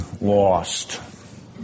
lost